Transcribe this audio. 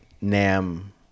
Nam